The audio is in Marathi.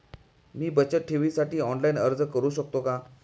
मी बचत ठेवीसाठी ऑनलाइन अर्ज करू शकतो का?